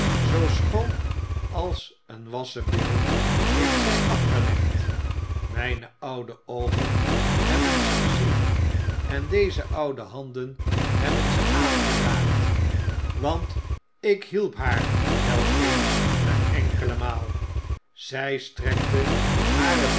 zoo schoon als een wassen beeld heeft zij afgelegd mijne oude oogen hebben ze gezien en deze oude handen hebben ze aangeraakt want ik hielp haar i wel eens eene enkele maal zij strekte hare